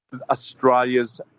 Australia's